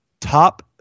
top